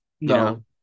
No